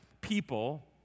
people